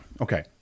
Okay